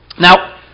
Now